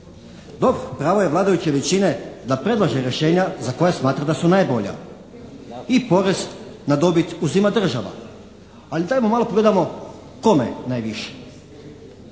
Dobro, pravo je vladajuće većine da predlaže rješenja za koja smatra da su najbolja i porez na dobit uzima država. Ali dajmo malo pogledajmo kome najviše?